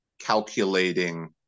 calculating